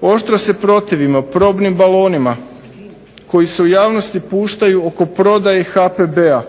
Oštro se protivimo probnim balonima koji se u javnosti puštaju oko prodaje HPB-a